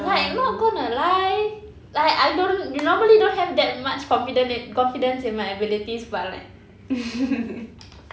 like not gonna lie like I don't normally don't have that much confident in confidence in my abilities but like